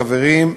חברים,